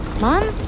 mom